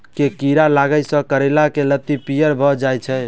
केँ कीड़ा लागै सऽ करैला केँ लत्ती पीयर भऽ जाय छै?